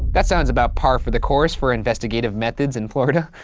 that sounds about par for the course for investigative methods in florida.